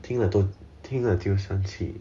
听了听了就生气